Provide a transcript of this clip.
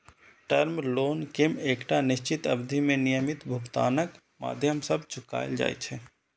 term loan कें एकटा निश्चित अवधि मे नियमित भुगतानक माध्यम सं चुकाएल जाइ छै